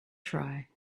try